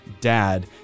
dad